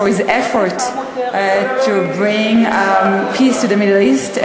for his effort to bring peace to the Middle East,